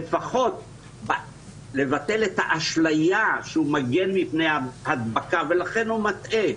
לפחות לבטל את האשליה שהוא מגן מפני הדבקה ולכן הוא מטעה,